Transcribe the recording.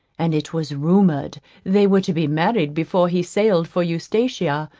and it was rumoured they were to be married before he sailed for eustatia,